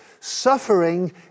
suffering